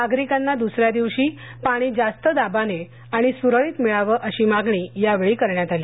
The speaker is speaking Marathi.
नागरिकांना दूसऱ्यादिवशी पाणी जास्त दाबाने आणि सुरळीत मिळावी अशी मागणी यावेळी करण्यात आली